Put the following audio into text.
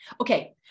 Okay